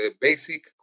basic